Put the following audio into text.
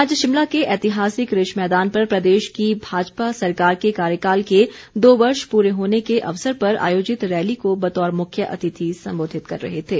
वे आज शिमला के ऐतिहासिक रिज मैदान पर प्रदेश की भाजपा सरकार के कार्यकाल के दो वर्ष प्ररे होने के अवसर पर आयोजित रैली को बतौर मुख्य अतिथि सम्बोधित कर रहे थे